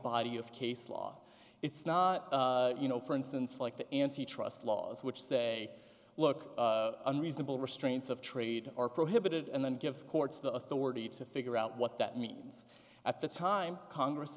body of case law it's not you know for instance like the antitrust laws which say look unreasonable restraints of trade are prohibited and then gives courts the authority to figure out what that means at the time congress